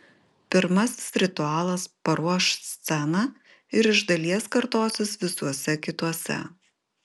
pirmasis ritualas paruoš sceną ir iš dalies kartosis visuose kituose